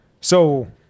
So-